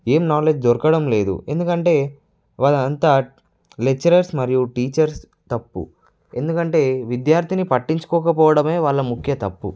ఏమి నాలెడ్జ్ దొరకడం లేదు ఎందుకంటే వాళ్లు అంతా లెక్చరర్స్ మరియు టీచర్స్ తప్పు ఎందుకంటే విద్యార్థిని పట్టించుకోకపోవడమే వాళ్ళ ముఖ్య తప్పు